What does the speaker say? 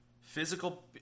Physical